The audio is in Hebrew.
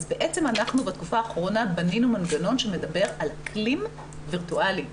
אז אנחנו בתקופה האחרונה בנינו מנגנון שמדבר על אקלים וירטואלי.